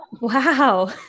Wow